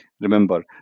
Remember